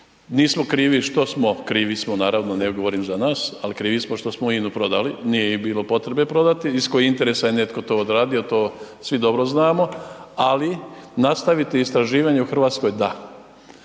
nismo krivi što smo, krivi smo naravno, ne govorim za nas ali krivi smo što smo INA-u prodali, nije je bilo potrebe prodati, iz kojih interesa je netko to odradio, to svi dobro znamo ali nastaviti istraživanje u Hrvatskoj, da.